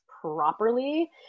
properly